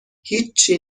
هیچچی